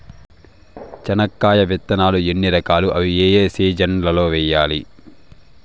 చెనక్కాయ విత్తనాలు ఎన్ని రకాలు? అవి ఏ ఏ సీజన్లలో వేయాలి?